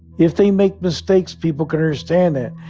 if they make mistakes, people can understand that.